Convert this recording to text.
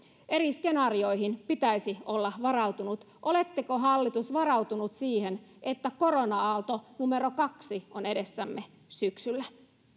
eri skenaarioihin pitäisi olla varautunut oletteko hallitus varautuneet siihen että korona aalto numero kaksi on edessämme syksyllä